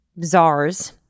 czars